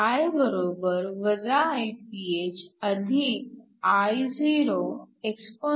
I Iph Io exp